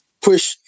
push